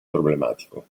problematico